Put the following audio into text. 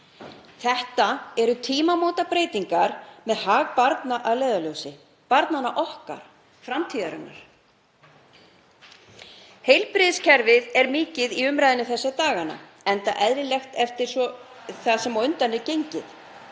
Þetta eru tímamótabreytingar með hag barna að leiðarljósi, barnanna okkar, framtíðarinnar. Heilbrigðiskerfið er mikið í umræðunni þessa dagana, enda eðlilegt eftir það sem á undan er gengið.